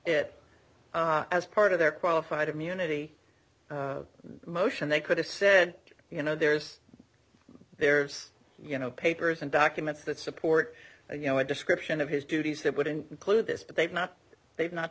it as part of their qualified immunity motion they could have said you know there's there's you know papers and documents that support you know a description of his duties that would include this but they've not they've not